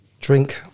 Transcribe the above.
drink